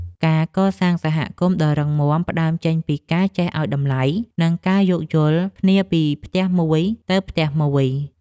ការកសាងសហគមន៍ដ៏រឹងមាំផ្ដើមចេញពីការចេះឱ្យតម្លៃ និងការយោគយល់គ្នាពីផ្ទះមួយទៅផ្ទះមួយ។